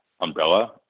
umbrella